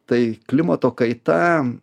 tai klimato kaita